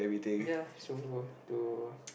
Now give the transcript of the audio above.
ya so to